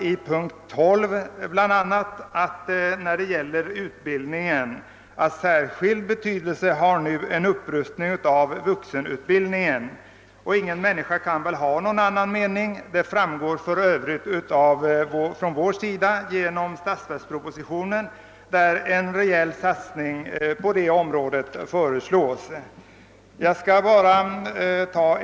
I punkten 12 skriver motionärerna sålunda om utbildningen bl.a.: »Särskild betydelse har nu en upprustning av vuxenutbildningen.» Ingen människa har väl där någon annan mening. Från vår sida har vi ju också i statsverkspropositionen föreslagit en rejäl satsning på vuxenutbildningens område.